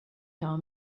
tell